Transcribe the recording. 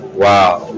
wow